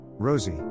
Rosie